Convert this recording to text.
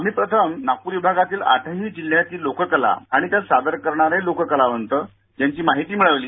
आम्ही प्रथम नागपूर विभागातील आठही जिल्हयातील लोककला आणि त्यांचे सादर करणारे लोककलावंत त्यांची माहिती मिळविली